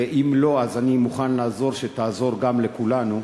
ואם לא, אז אני מוכן לעזור שתעזור גם לכולנו,